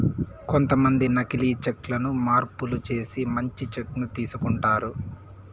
కొంతమంది నకీలి చెక్ లను మార్పులు చేసి మంచి చెక్ ను తీసుకుంటారు